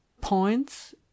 Points